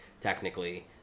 technically